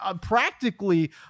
practically